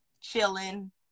chilling